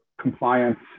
compliance